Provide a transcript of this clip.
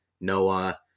Noah